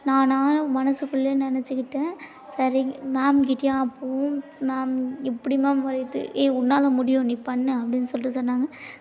நானாக மனசுக்குள்ளேயே நினச்சிக்கிட்டேன் சரி மேம்கிட்டையே அப்போதும் மேம் எப்படி மேம் வரைகிறது ஏய் உன்னால் முடியும் நீ பண்ணு அப்படின்னு சொல்லிட்டு சொன்னாங்க